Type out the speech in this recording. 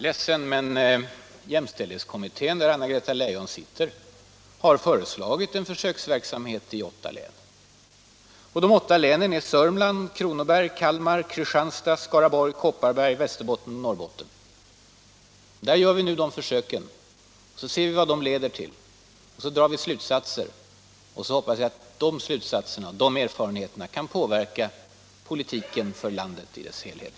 Herr talman! Jämställdhetskommittén, i vilken Anna-Greta Leijon ingår, har föreslagit en försöksverksamhet i åtta län. De åtta länen är Sörmland, Kronoberg, Kalmar, Kristianstad, Skaraborg, Kopparberg, Västerbotten och Norrbotten. Där gör vi nu försöken och ser vad de leder till. Sedan drar vi slutsatser. Och så hoppas jag att de slutsatserna och erfarenheterna kan påverka politiken för landet i dess helhet.